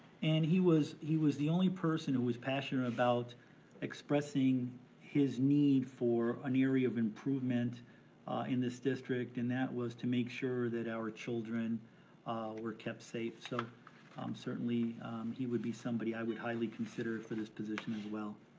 and he was he was the only person who was passionate about expressing his need for an area of improvement in this district, and that was to make sure that our children were kept safe. so certainly he would be somebody i would highly consider for this position as well.